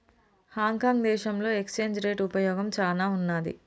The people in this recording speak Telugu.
హాంకాంగ్ దేశంలో ఎక్స్చేంజ్ రేట్ ఉపయోగం చానా ఉన్నాది